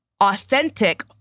authentic